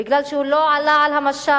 בגלל שהוא לא עלה על המשט?